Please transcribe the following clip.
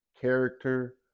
character